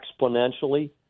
exponentially